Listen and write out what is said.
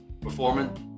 performance